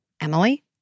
Emily